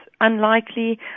unlikely